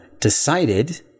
decided